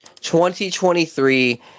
2023